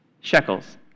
shekels